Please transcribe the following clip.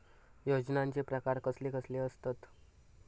योजनांचे प्रकार कसले कसले असतत?